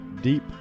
deep